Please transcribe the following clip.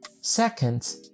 Second